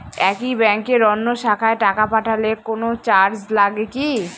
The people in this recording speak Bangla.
একই ব্যাংকের অন্য শাখায় টাকা পাঠালে কোন চার্জ লাগে কি?